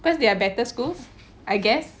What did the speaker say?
because they are better schools I guess